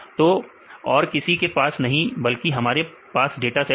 तो और किसी के पास नहीं बल्कि हमारे पास डाटा सेट होगा